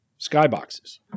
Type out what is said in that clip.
skyboxes